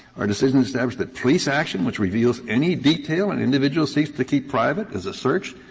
our decisions establish that police action which reveals any detail an individual seeks to keep private is a search.